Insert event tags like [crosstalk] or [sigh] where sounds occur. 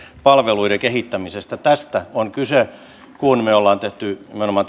palveluiden kehittämisestä tästä on kyse kun me olemme tehneet nimenomaan [unintelligible]